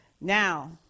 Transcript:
now